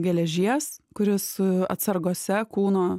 geležies kuris atsargose kūno